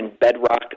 bedrock